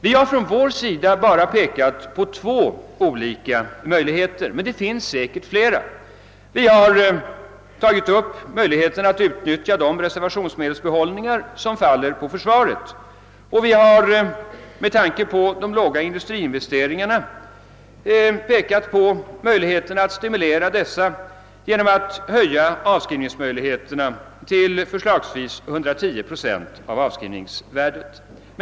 Vi har från vår sida pekat på två olika möjligheter, men det finns säkerligen flera. Vi har dels tagit upp möjligheten att utnyttja de reservationsmedelsbehållningar som faller på försvaret, dels med tanke på de låga industriinvesteringarna pekat på möjligheten att stimulera dessa investeringar genom att vidga avskrivningsmöjligheterna till förslagsvis 110 procent av avskrivningsvärdet.